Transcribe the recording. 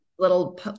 little